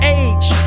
age